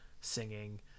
singing